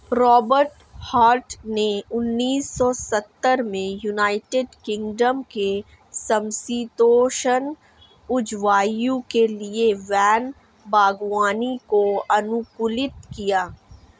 Robert Hart ने उन्नीस सौ सत्तर में यूनाइटेड किंगडम के समषीतोष्ण जलवायु के लिए वैन बागवानी को अनुकूलित किया